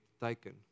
taken